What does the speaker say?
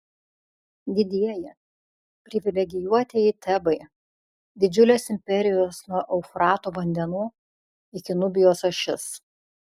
didieji privilegijuotieji tebai didžiulės imperijos nuo eufrato vandenų iki nubijos ašis